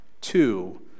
two